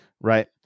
right